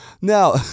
Now